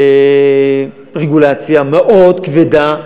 רגולציה מאוד כבדה,